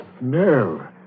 No